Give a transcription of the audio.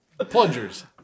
plungers